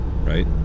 right